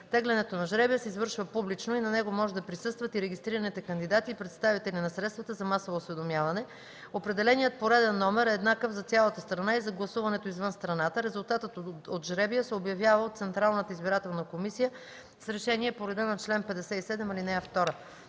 Тегленето на жребия се извършва публично и на него може да присъстват и регистрираните кандидати, наблюдатели и представители на средствата за масово осведомяване. Определеният пореден номер е еднакъв за цялата страна и за гласуването извън страната. Резултатът от жребия се обявява от Централната избирателна комисия с решение по реда на чл. 57, ал. 2.